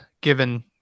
given